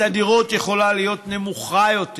התדירות יכולה להיות נמוכה יותר,